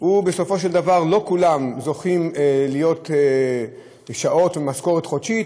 לא כולם זוכים להיות עם שעות ועם משכורת חודשית,